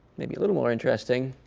maybe a little more interesting,